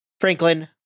Franklin